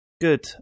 Good